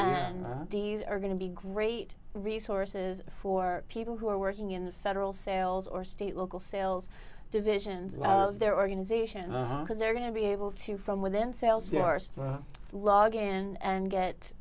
man there are going to be great resources for people who are working in the federal sales or state local sales divisions of their organization because they're going to be able to from within sales force log in and get